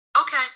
Okay